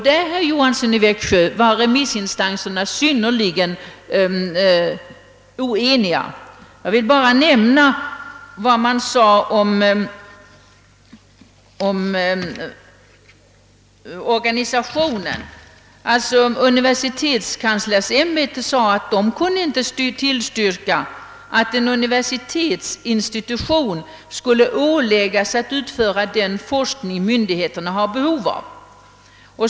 Där, herr Johansson i Växjö, var remissinstanserna synnerligen oeniga. Jag skall bara nämna vad man sade om organisationen. Universitetskanslersämbetet ansåg sig inte kunna tillstyrka, att en universitetsinstitution skulle åläggas att utföra den forskning myndigheterna har behov av.